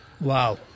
Wow